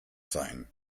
sein